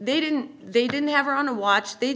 they didn't they didn't have her on a watch they